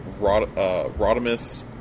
Rodimus